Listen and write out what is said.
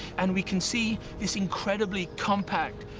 and we can see this incredibly compact,